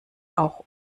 auch